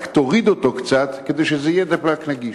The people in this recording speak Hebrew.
רק תוריד אותו קצת כדי שזה יהיה דלפק נגיש.